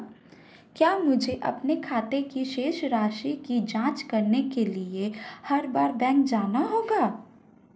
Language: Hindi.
क्या मुझे अपने खाते की शेष राशि की जांच करने के लिए हर बार बैंक जाना होगा?